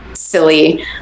Silly